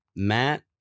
Matt